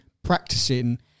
practicing